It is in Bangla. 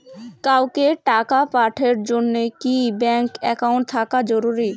কাউকে টাকা পাঠের জন্যে কি ব্যাংক একাউন্ট থাকা জরুরি?